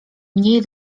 mniej